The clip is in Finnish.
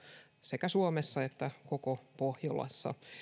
sekä suomessa että koko pohjolassa